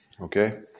Okay